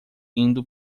indo